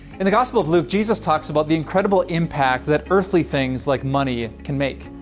in the gospel of luke, jesus talks about the incredible impact that earthly things like money can make.